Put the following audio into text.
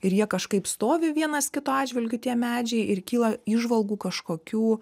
ir jie kažkaip stovi vienas kito atžvilgiu tie medžiai ir kyla įžvalgų kažkokių